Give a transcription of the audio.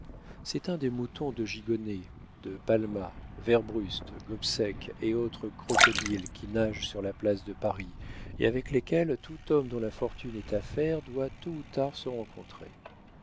c'est un des moutons de gigonnet de palma werbrust gobseck et autres crocodiles qui nagent sur la place de paris et avec lesquels tout homme dont la fortune est à faire doit tôt ou tard se rencontrer